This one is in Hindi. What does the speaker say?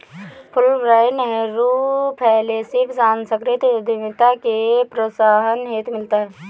फुलब्राइट नेहरू फैलोशिप सांस्कृतिक उद्यमिता के प्रोत्साहन हेतु मिलता है